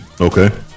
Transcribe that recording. Okay